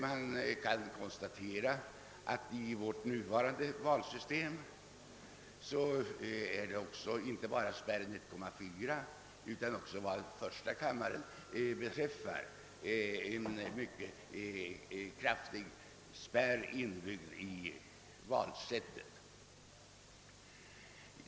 Man kan konstatera att vårt nuvarande valsystem inte bara har spärren 1,4 utan också — vad första kammaren beträffar — en mycket kraf tig spärr inbyggd i själva valsättet.